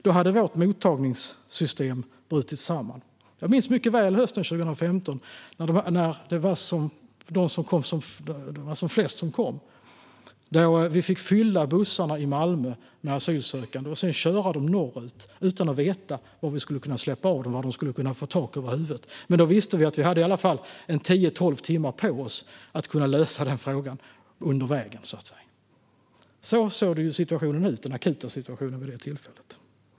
Då hade vårt mottagningssystem brutit samman. Jag minns mycket väl hösten 2015, när det var som flest som kom. Man fick fylla bussarna i Malmö med asylsökande och sedan köra dem norrut utan att veta om man skulle kunna släppa av dem och de skulle kunna få tak över huvudet. Men då visste man i alla fall att man hade 10-12 timmar på sig att lösa det under vägen. Så såg den akuta situationen ut vid det tillfället.